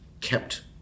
kept